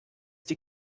die